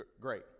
Great